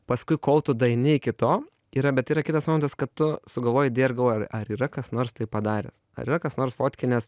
paskui kol tu daeini iki to yra bet yra kitas momentas kad tu sugalvoji idėją ir galvoji ar ar yra kas nors tai padaręs ar yra kas nors fotkinęs